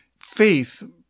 faith